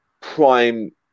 prime